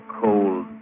cold